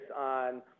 on